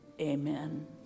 amen